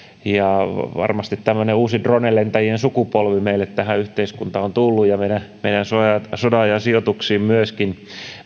ja varmasti tällainen uusi drone lentäjien sukupolvi meille tähän yhteiskuntaan on tullut ja myöskin meidän sodanajan sijoituksiimme myöskin